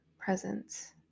presence